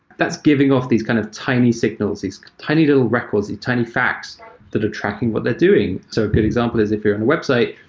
that's giving off these kind of tiny signals, these tiny little records, these tiny facts that are tracking what they're doing. so a good example is if you're in a website,